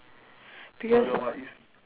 because